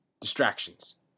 distractions